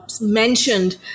mentioned